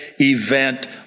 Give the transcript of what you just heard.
event